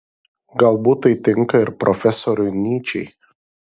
galbūt tai tinka ir profesoriui nyčei